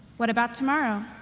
what about tomorrow?